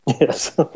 Yes